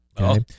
Okay